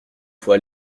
faut